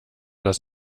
das